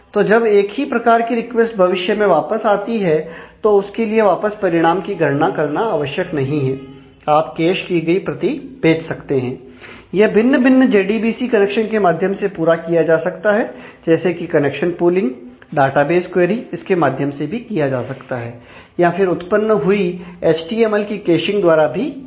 तो जब एक ही प्रकार की रिक्वेस्ट भविष्य में वापस आती है तो उसके लिए वापस परिणाम की गणना करना आवश्यक नहीं है आप कैश डाटाबेस क्वेरी इसके माध्यम से भी किया जा सकता है या फिर उत्पन्न हुई एचटीएमएल की कैशिंग द्वारा भी किया जा सकता है